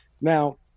Now